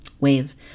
wave